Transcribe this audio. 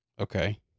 Okay